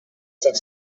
sant